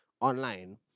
online